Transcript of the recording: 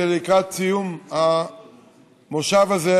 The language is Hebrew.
ולקראת סיום המושב הזה,